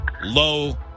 low